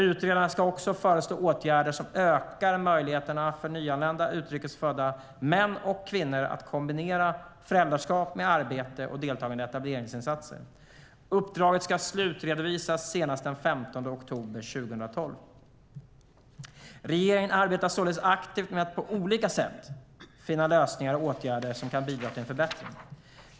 Utredaren ska också föreslå åtgärder som ökar möjligheterna för nyanlända utrikes födda män och kvinnor att kombinera föräldraskap med arbete och deltagande i etableringsinsatser. Uppdraget ska slutredovisas senast den 15 oktober 2012. Regeringen arbetar således aktivt med att på olika sätt finna lösningar och åtgärder som kan bidra till en förbättring.